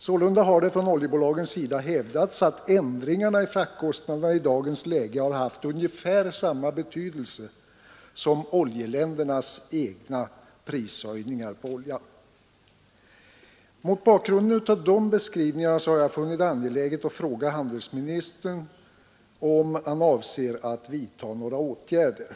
Sålunda har det från oljebolagens sida hävdats att ändringarna i fraktkostnaderna i dagens läge har haft ungefär samma betydelse som oljeländernas egna prishöjningar på olja. Mot bakgrunden av de beskrivningarna har jag funnit det angeläget att fråga handelsministern om han avser att vidta några åtgärder.